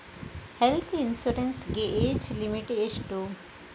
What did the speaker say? Health insurance ಗೆ age limit ಎಷ್ಟು?